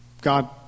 God